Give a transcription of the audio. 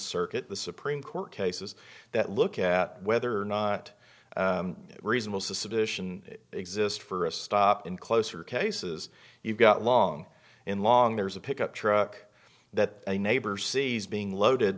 circuit the supreme court cases that look at whether or not reasonable suspicion exist for a stop in closer cases you've got long in long there's a pick up truck that a neighbor sees being loaded